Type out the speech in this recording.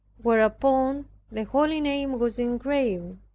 whereupon the holy name was engraven.